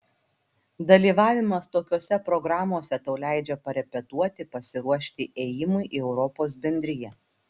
dalyvavimas tokiose programose tau leidžia parepetuoti pasiruošti ėjimui į europos bendriją